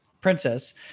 Princess